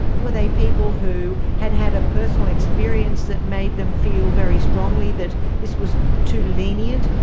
where they people who had had a personal experience that made them feel very strongly that this was too lenient,